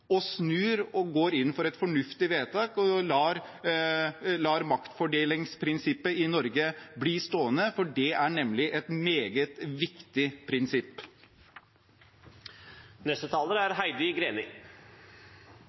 snur og går inn for et fornuftig vedtak og lar maktfordelingsprinsippet i Norge bli stående, for det er nemlig et meget viktig prinsipp.